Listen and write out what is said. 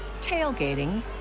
tailgating